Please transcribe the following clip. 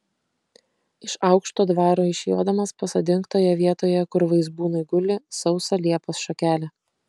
iš aukšto dvaro išjodamas pasodink toje vietoje kur vaizbūnai guli sausą liepos šakelę